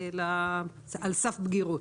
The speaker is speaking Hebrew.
נערים על סף בגירות.